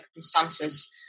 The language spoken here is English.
circumstances